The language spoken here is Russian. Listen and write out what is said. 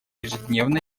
ежедневно